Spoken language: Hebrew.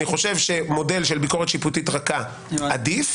אני חושב שמודל של ביקורת שיפוטית רכה עדיף